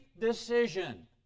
decision